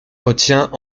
retient